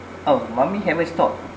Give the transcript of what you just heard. oh mummy haven't stop